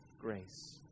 grace